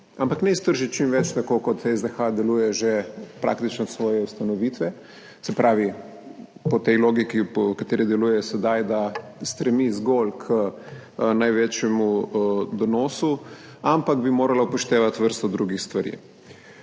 Ampak ne iztržiti čim več tako, kot SDH deluje že praktično od svoje ustanovitve, se pravi po tej logiki, po kateri deluje sedaj, da stremi zgolj k največjemu donosu, ampak bi morala upoštevati vrsto drugih stvari.